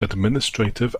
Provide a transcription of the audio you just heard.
administrative